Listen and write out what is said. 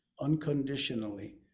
unconditionally